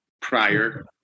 prior